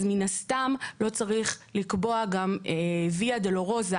אז מן הסתם לא צריך לקבוע גם ויה דולורוזה